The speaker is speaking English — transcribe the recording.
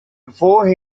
before